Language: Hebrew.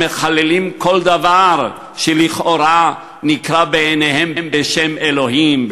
המחללים כל דבר שלכאורה נקרא בעיניהם בשם אלוהים,